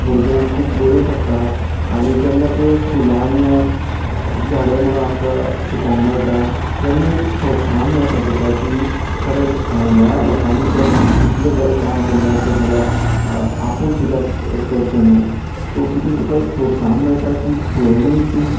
भुरग्यांक खूब बऱ्यो पडटा आनी जेन्ना त्यो स्कुलांत धडे म्हूण आमकां शिकोंक मेळटा तेन्ना एक प्रोत्साहन मेळटा तुका की खरेंच ह्या लोकांनी जर इतलें बरें काम केल्लें आसा जाल्यार आपूण कित्याक करचें न्हू सो तितून तुका एक प्रोत्साहन मेळटा की तुवेंनूय ती